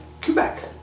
quebec